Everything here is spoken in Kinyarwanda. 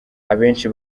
abenshi